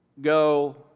Go